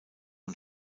und